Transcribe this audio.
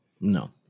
no